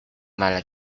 mala